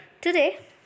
Today